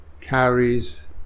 carries